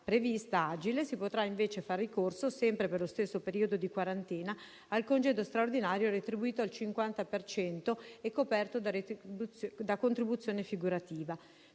prevista agile, si potrà invece far ricorso - sempre per lo stesso periodo di quarantena - al congedo straordinario retribuito al 50 per cento e coperto da contribuzione figurativa.